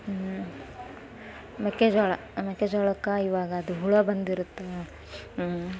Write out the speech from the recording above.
ಮೆಕ್ಕೆ ಜೋಳ ಮೆಕ್ಕೆ ಜೋಳಕ್ಕೆ ಇವಾಗ ಅದು ಹುಳು ಬಂದಿರುತ್ತೆ